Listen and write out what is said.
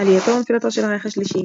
"עלייתו ונפילתו של הרייך השלישי",